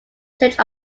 church